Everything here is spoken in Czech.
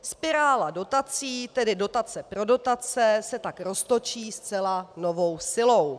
Spirála dotací, tedy dotace pro dotace, se tak roztočí zcela novou silou.